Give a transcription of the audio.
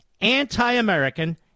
anti-American